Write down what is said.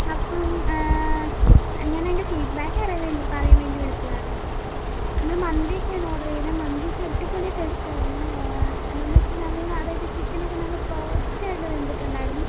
അപ്പം ഞാനയിൻ്റെ ഫീഡ്ബാക്ക് അറിയാൻ വേണ്ടി പറയാൻ വേണ്ടി വിളിച്ചതാട്ടോ നമ്മള് മന്തിയൊക്കെയാണ് ഓർഡർ ചെയ്തത് മന്തിയൊക്കെ അടിപൊളി ടേസ്റ്റായിരുന്നു എന്താന്ന് വെച്ചാൽ നല്ല അതായത് ചിക്കനൊക്കെ നല്ല സോഫ്റ്റായിട്ട് വെന്തിട്ടുണ്ടായിരുന്നു